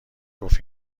گفت